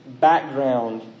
background